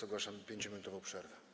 Ogłaszam 5-minutową przerwę.